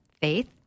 faith